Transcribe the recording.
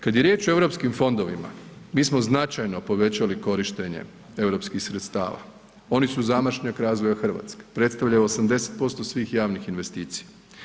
Kad je riječ o europskim fondovima, mi smo značajno povećali korištenje europskih sredstava, oni su zamašnjak razvoja Hrvatske, predstavljaju 80% svih javnim investicija.